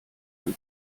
ein